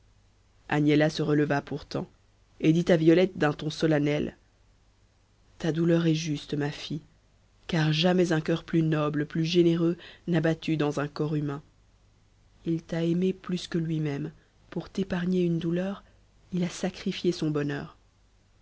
agnella se releva pourtant et dit à violette d'un ton solennel ta douleur est juste ma fille car jamais un coeur plus noble plus généreux n'a battu dans un corps humain il t'a aimée plus que lui-même pour t'épargner une douleur il a sacrifié son bonheur